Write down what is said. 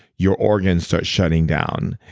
your organs start shutting down.